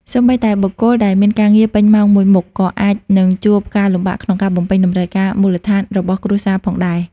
សូម្បីតែបុគ្គលដែលមានការងារពេញម៉ោងមួយមុខ ក៏អាចនឹងជួបការលំបាកក្នុងការបំពេញតម្រូវការមូលដ្ឋានរបស់គ្រួសារផងដែរ។